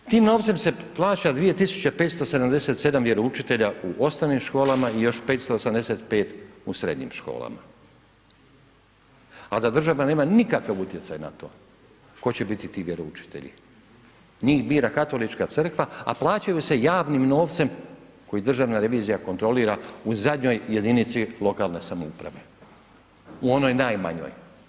Tim novcem se plaća 2577 vjeroučitelja u osnovnim školama i još 585 u srednjim školama, a da država nema nikakav utjecaj na to tko će biti ti vjeroučitelji, njih bira Katolička crkva, a plaćaju se javnim novcem koji Državna revizija kontrolira u zadnjoj jedinici lokalne samouprave, u onoj najmanjoj.